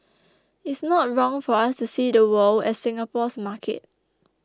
it's not wrong for us to see the world as Singapore's market